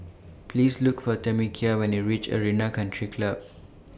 Please Look For Tamekia when YOU REACH Arena Country Club